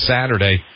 Saturday